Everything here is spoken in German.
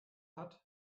hat